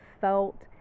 felt